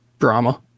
drama